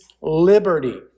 liberty